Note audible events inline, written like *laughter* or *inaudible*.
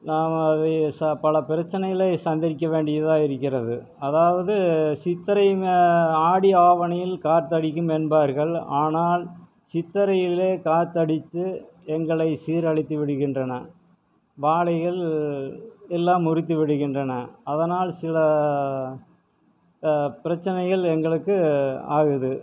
நாங்கள் *unintelligible* பல பிரச்சனைகளை சந்திக்க வேண்டியதாக இருக்கிறது அதாவது சித்திரையுமே ஆடி ஆவணியில் காற்றடிக்கும் என்பார்கள் ஆனால் சித்தரையிலேயே காற்றடித்து எங்களை சீரழித்து விடுகின்றன வாழைகள் எல்லாம் முறித்து விடுகின்றன அதனால் சில பிரச்சனைகள் எங்களுக்கு ஆகுது